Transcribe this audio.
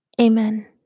Amen